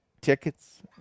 tickets